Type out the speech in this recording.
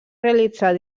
realitzar